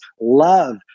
love